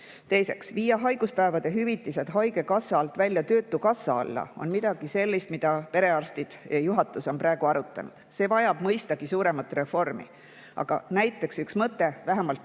võiks viia haiguspäevade hüvitised haigekassa alt välja töötukassa alla. See on midagi sellist, mida perearstid ja juhatus on praegu arutanud. See vajab mõistagi suuremat reformi. Aga näiteks üks mõte: vähemalt pikad